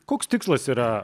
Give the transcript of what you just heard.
koks tikslas yra